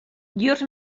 llurs